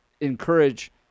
encourage